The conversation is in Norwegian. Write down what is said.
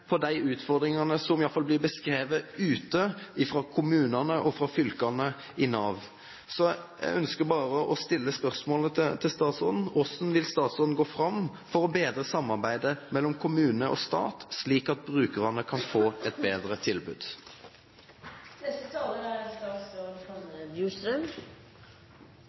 som blir beskrevet ute i kommunene og fylkene. Jeg ønsker bare å stille spørsmålet til statsråden: Hvordan vil statsråden gå fram for å bedre samarbeidet mellom kommune og stat slik at brukerne kan få et bedre